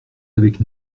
avec